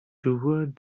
toward